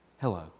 Hello